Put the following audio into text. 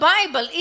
Bible